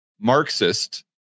Marxist